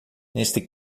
neste